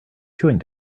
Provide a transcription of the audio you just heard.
chewing